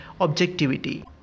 objectivity